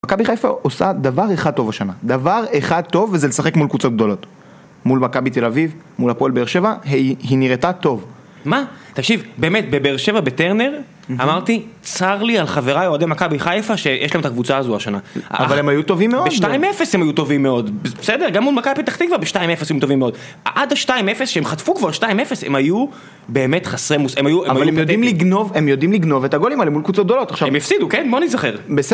מכבי חיפה עושה דבר אחד טוב השנה. דבר אחד טוב, וזה לשחק מול קבוצות גדולות. מול מכבי תל אביב, מול הפועל באר שבע, היא נראתה טוב. מה, תקשיב. באמת, בבאר שבע, בטרנר, אמרתי צר לי על חבריי אוהדי מכבי חיפה, שיש להם את הקבוצה הזו השנה. אבל הם היו טובים מאוד ב... ב-2-0 הם היו טובים מאוד. בסדר, גם מול מכבי פתח תקווה ב-2-0 הם היו טובים מאוד. עד ה-2-0, שהם חטפו כבר 2-0, הם היו באמת חסרי מושג. אבל הם יודעים לגנוב, הם יודעים לגנוב את הגולים האלו מול קבוצות גדולות. הם הפסידו, כן? בוא נזכר